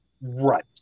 right